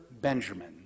Benjamin